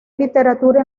literatura